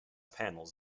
panels